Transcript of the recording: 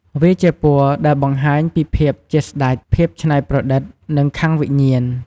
វាជាពណ៌ដែលបង្ហាញពីភាពជាស្តេច ភាពច្នៃប្រឌិត និងខាងវិញ្ញាណ។